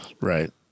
Right